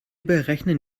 berechnen